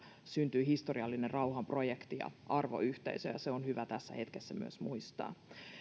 syntyi historiallinen rauhanprojekti ja arvoyhteisö se on hyvä tässä hetkessä myös muistaa